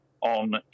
on